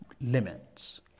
limits